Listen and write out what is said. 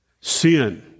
Sin